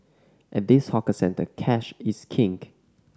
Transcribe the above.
at this hawker centre cash is king